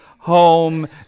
home